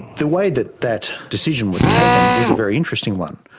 the way that that decision was taken was a very interesting one.